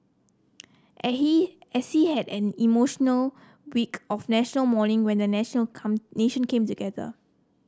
he as he had an emotional week of National Mourning when a national come nation came together